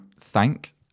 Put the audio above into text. thank